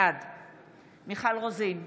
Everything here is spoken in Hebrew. בעד מיכל רוזין,